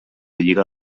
lliga